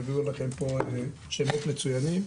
יביאו לכם שמות מצויינים.